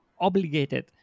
obligated